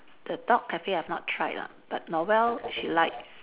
the dog cafe I've not tried lah but Noelle she likes